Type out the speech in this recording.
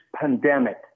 pandemic